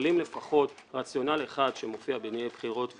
מנטרלים לפחות רציונל אחד שמופיע בענייני בחירות,